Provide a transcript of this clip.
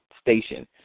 station